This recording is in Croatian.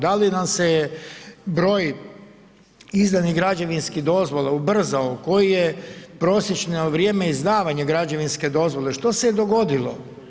Da li nam se je broj izdanih građevinskih dozvola ubrzao, koje je prosječno vrijeme izdavanja građevinske dozvole, šta se je dogodilo?